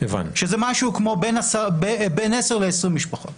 שזה משהו כמו בין 10 ל-20 משפחות.